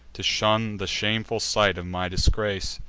to shun the shameful sight of my disgrace.